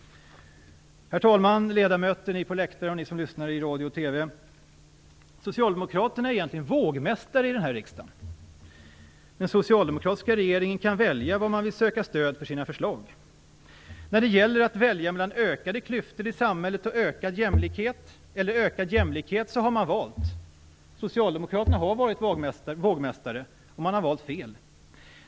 Herr talman, ledamöter, ni på läktaren och ni som lyssnar på radio eller ser på TV! Socialdemokraterna är egentligen vågmästare i denna riksdag. Den socialdemokratiska regeringen kan välja var man vill söka stöd för sina förslag. När det gäller frågan om ökade klyftor eller ökad jämlikhet i samhället har man valt. Där har Socialdemokraterna varit vågmästare och man har valt fel.